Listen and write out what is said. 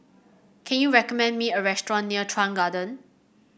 can you recommend me a restaurant near Chuan Garden